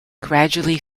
gradually